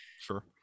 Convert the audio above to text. Sure